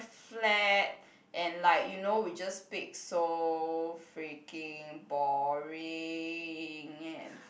flat and like you know you just speak so freaking boring and